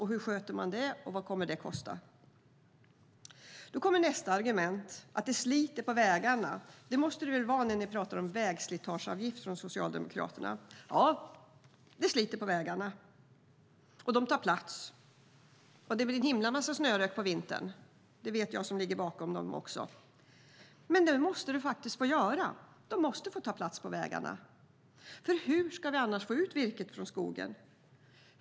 Hur sköter man det, och vad kommer det att kosta? Då kommer nästa argument, att det sliter på vägarna. Det måste väl vara så när ni pratar om vägslitageavgift från Socialdemokraterna. Ja, det sliter på vägarna. Och de tar plats. Det blir en himla massa snörök på vintern - det vet jag som ligger bakom dem. Men det måste faktiskt få vara så här. De måste få ta plats på vägarna. Hur ska vi annars få ut virket från skogen?